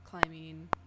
climbing